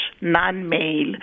non-male